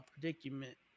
predicament